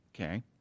Okay